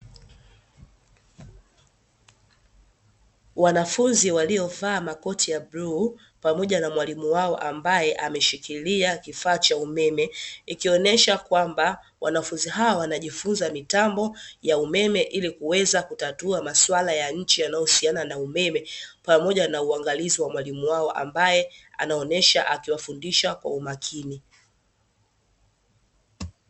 Wanafunzi waliovaa makoti ya bluu, pamoja na mwalimu wao ambaye ameshikilia kifaa cha umeme, ikionesha kwamba wanafunzi hao wanajifunza mitambo ya umeme ili kuweza kutatua maswala ya nchi yanayohusiana na umeme, pamoja na uangalizi wa mwalimu wao ambaye anaonesha akiwafundisha kwa umakini.